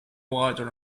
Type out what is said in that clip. wider